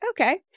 okay